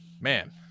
Man